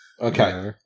Okay